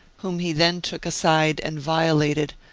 whom he then took aside and violated,